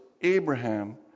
Abraham